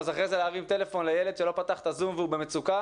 אז אחרי זה להרים טלפון לילד שלא פתח את הזום והוא במצוקה,